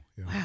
Wow